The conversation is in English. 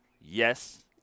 yes